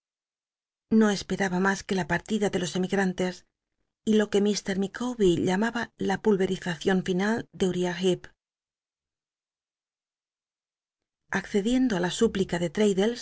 no esperaba mas que la partida de los emigranles y lo que lfr micawbet llamaba la mlveri wcion final de uriah he accediendo á la súplica de